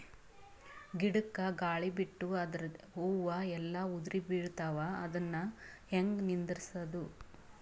ಗಿಡಕ, ಗಾಳಿ ಬಿಟ್ಟು ಅದರ ಹೂವ ಎಲ್ಲಾ ಉದುರಿಬೀಳತಾವ, ಅದನ್ ಹೆಂಗ ನಿಂದರಸದು?